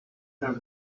her